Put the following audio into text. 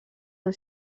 han